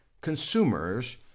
Consumers